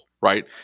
right